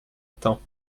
temps